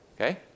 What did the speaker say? okay